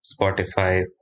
Spotify